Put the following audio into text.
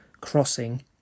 crossing